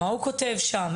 מה הוא כותב שם?